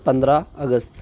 पंद्रह अगस्त